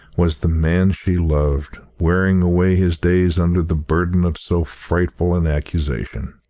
was the man she loved wearing away his days under the burden of so frightful an accusation?